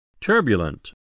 Turbulent